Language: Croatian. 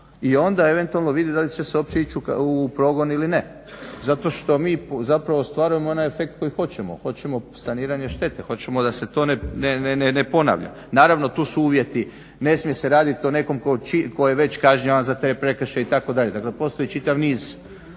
i onda eventualno vidjeti da li će se uopće ići u progon ili ne. Zato što mi prvo zapravo ostvarujemo onaj efekt koji hoćemo. Hoćemo saniranje štete, hoćemo da se to ne ponavlja. Naravno, tu su uvjeti, ne smije se radit o nekom tko je već kažnjavan za te prekršaje itd., dakle postoji čitav niz